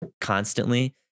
constantly